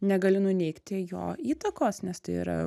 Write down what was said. negali nuneigti jo įtakos nes tai yra